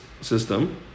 system